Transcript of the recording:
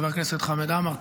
חבר הכנסת חמד עמאר,